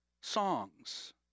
Songs